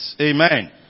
Amen